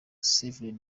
save